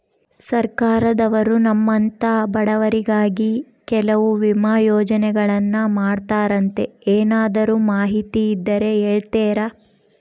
ಸರ್ಕಾರದವರು ನಮ್ಮಂಥ ಬಡವರಿಗಾಗಿ ಕೆಲವು ವಿಮಾ ಯೋಜನೆಗಳನ್ನ ಮಾಡ್ತಾರಂತೆ ಏನಾದರೂ ಮಾಹಿತಿ ಇದ್ದರೆ ಹೇಳ್ತೇರಾ?